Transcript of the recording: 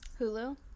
Hulu